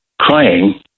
crying